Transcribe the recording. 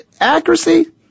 accuracy